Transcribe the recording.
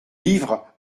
livres